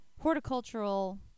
horticultural